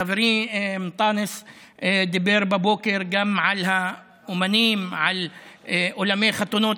חברי אנטאנס דיבר בבוקר גם על האומנים ועל אולמות חתונות.